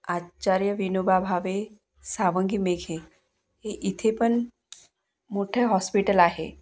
आचार्य विनोबा भावे सावंगी मेघे हे इथे पण मोठे हॉस्पिटल आहे